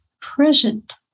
present